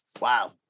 Wow